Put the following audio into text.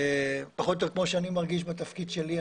פחות או יותר כמו שאני מרגיש בתפקיד שלי.